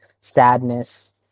sadness